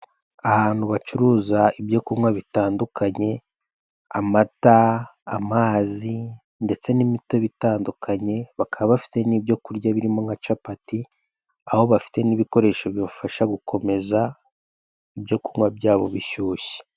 Ahantu bacuruza ibyo kunywa bitandukanye; amata, amazi, ndetse n'imitobe itandukanye, bakaba bafite n'ibyo kurya birimo nka capati, aho bafite n'ibikoresho bibafasha gukomeza ibyo kunywa byabo bishyushye.